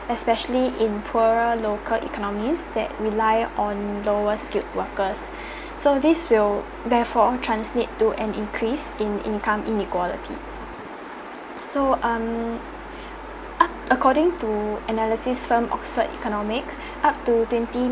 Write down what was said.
especially in poorer local economies that rely on lower skilled workers so this will therefore transmit to an increase in income inequality so um uh according to analysis firm oxford economics up to twenty